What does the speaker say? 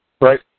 Right